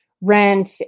rent